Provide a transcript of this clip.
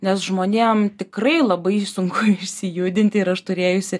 nes žmonėm tikrai labai sunku išsijudinti ir aš turėjusi